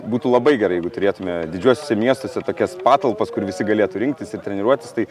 būtų labai gerai jeigu turėtume didžiuosiuose miestuose tokias patalpas kur visi galėtų rinktis ir treniruotis tai